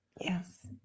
Yes